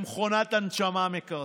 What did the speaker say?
במכונת הנשמה מקרטעת.